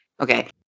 Okay